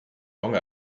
long